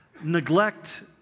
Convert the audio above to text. neglect